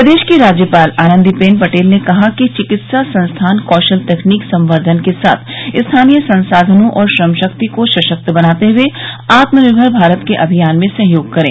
प्रदेश की राज्यपाल आनंदीबेन पटेल ने कहा है कि चिकित्सा संस्थान कौशल तकनीक संवर्धन के साथ स्थानीय संसाधनों और श्रम शक्ति को सशक्त बनाते हुए आत्मनिर्मर भारत के अभियान में सहयोग करें